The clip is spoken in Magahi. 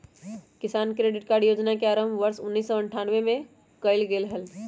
किसान क्रेडिट कार्ड योजना के आरंभ वर्ष उन्नीसौ अठ्ठान्नबे में कइल गैले हल